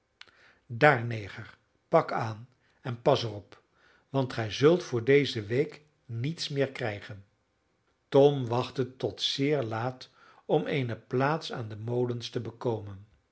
daar neger pak aan en pas er op want gij zult voor deze week niets meer krijgen tom wachtte tot zeer laat om eene plaats aan de molens te bekomen